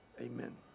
Amen